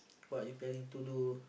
what you planning to do